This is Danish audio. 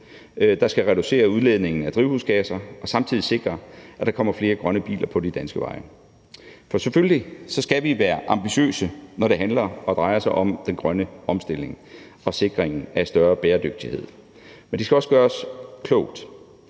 der skal reducere udledningen af drivhusgasser og samtidig sikre, at der kommer flere grønne biler på de danske veje. For selvfølgelig skal vi være ambitiøse, når det handler om den grønne omstilling og sikringen af større bæredygtighed, men det skal også gøres klogt.